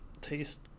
taste